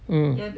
mm